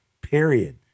period